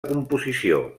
composició